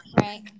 right